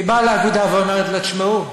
היא באה לאגודה ואומרת לה: תשמעו,